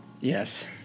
Yes